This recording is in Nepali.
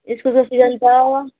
इस्कुसको सिजन छ